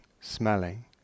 smelling